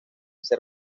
ser